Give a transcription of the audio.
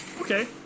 Okay